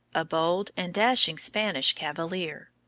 a bold and dashing spanish cavalier.